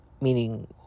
meaning